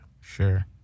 Sure